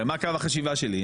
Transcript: מה קו החשיבה שלי?